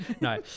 No